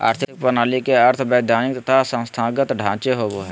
आर्थिक प्रणाली के अर्थ वैधानिक तथा संस्थागत ढांचे होवो हइ